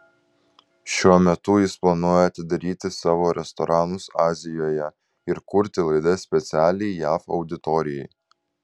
šiuo metu jis planuoja atidaryti savo restoranus azijoje ir kurti laidas specialiai jav auditorijai